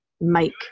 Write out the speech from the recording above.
make